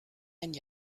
and